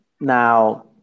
Now